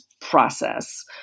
process